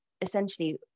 essentially